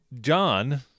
John